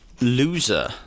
loser